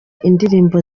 indirimbo